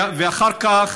ואחר כך